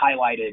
highlighted